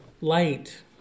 light